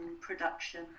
production